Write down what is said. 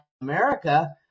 America